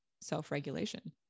self-regulation